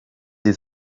des